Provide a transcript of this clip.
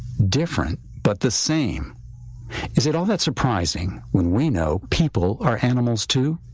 different but the same as in all that surprising when we know people are animals to